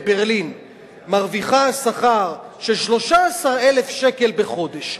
בברלין מרוויחה שכר של 13,000 שקל בחודש,